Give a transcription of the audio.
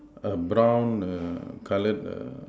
a brown err coloured err